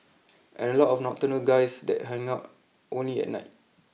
and a lot of nocturnal guys that hang out only at night